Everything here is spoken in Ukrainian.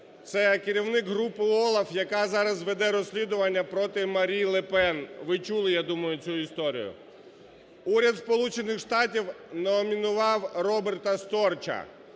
це керівник групи ОЛАФ, яка зараз веде розслідування проти Марін Ле Пен. Ви чули, я думаю, цю історію. Уряд Сполучених Штатів номінував Роберта Сторча.